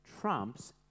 trumps